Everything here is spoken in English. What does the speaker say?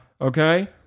okay